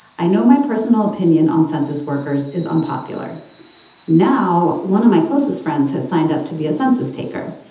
i know my personal opinion on census workers is unpopular now. one of my closest friends has signed up to be a census taker.